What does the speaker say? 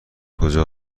کجا